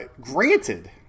granted